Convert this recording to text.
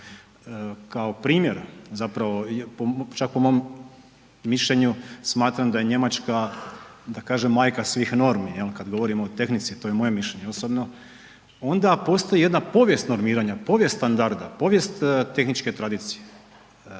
kao primjer, zapravo čak po mom mišljenju smatram da je Njemačka majka svih normi, jel kad govorimo o tehnici to je moje mišljenje osobno, onda postoji jedna povijest normiranja, povijest standarda, povijest tehničke tradicije.